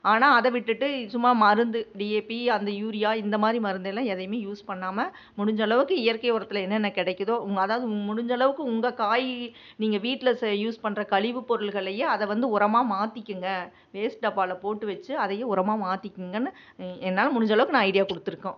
ஆனால் அதை விட்டுவிட்டு சும்மா மருந்து டி எ பி அந்த யூரியா இந்தமாதிரி மருந்தெல்லாம் எதையும் யூஸ் பண்ணாமல் முடிஞ்சளவுக்கு இயற்கை உரத்தில் என்னன்ன கிடைக்குதோ அதாவது முடிஞ்சளவுக்கு உங்கள் காய் நீங்கள் வீட்டில் யூஸ் பண்ணுற கழிவுப் பொருட்களையே அதை வந்து உரமாக மாத்திக்கங்க வேஸ்ட் டப்பாவில் போட்டு வச்சு அதையும் உரமாக மாற்றிக்குங்கன்னு என்னால் முடிஞ்சளவுக்கு நான் ஐடியா கொடுத்துருக்கோம்